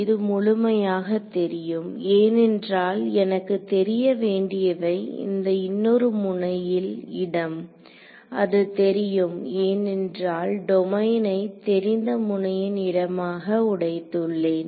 இது முழுமையாக தெரியும் ஏனென்றால் எனக்கு தெரிய வேண்டியவை அந்த இன்னொரு முனையில் இடம் அது தெரியும் ஏனென்றால் டொமைனை தெரிந்த முனையின் இடமாக உடைத்துள்ளேன்